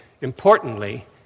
Importantly